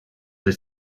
that